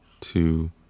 two